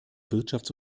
wirtschafts